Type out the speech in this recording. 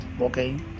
Okay